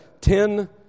ten